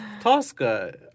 Tosca